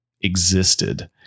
existed